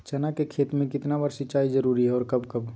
चना के खेत में कितना बार सिंचाई जरुरी है और कब कब?